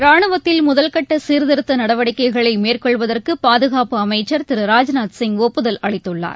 ராணுவத்தில் முதல்கட்ட சீர்த்திருத்த நடவடிக்கைகளை மேற்கொள்வதற்கு பாதுகாப்பு அமைச்சர் திரு ராஜ்நாத் சிங் ஒப்புதல் அளித்துள்ளார்